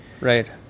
Right